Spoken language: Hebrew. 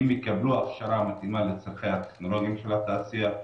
אם יקבלו הכשרה מתאימה לצרכיה הטכנולוגיים של התעשייה,